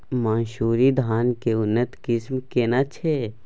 मानसुरी धान के उन्नत किस्म केना छै?